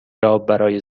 برای